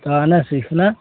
त आना सीखना